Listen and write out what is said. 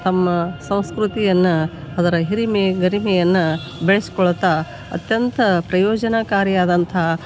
ತಮ್ಮ ಸಂಸ್ಕೃತಿಯನ್ನು ಅದರ ಹಿರಿಮೆ ಗರಿಮೆಯನ್ನು ಬೆಳ್ಸ್ಕೊಳ್ಳುತ್ತಾ ಅತ್ಯಂತ ಪ್ರಯೋಜನಕಾರಿಯಾದಂಥ